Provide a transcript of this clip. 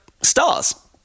stars